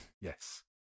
Yes